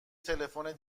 تلفن